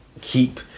keep